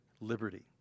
liberty